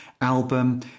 album